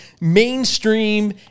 mainstream